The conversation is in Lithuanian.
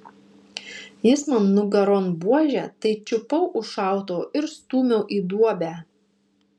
jis man nugaron buože tai čiupau už šautuvo ir stūmiau į duobę